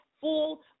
full